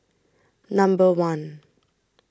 Number one